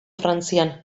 frantzian